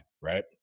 right